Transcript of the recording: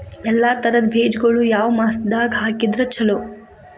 ಎಲ್ಲಾ ತರದ ಬೇಜಗೊಳು ಯಾವ ಮಾಸದಾಗ್ ಹಾಕಿದ್ರ ಛಲೋ?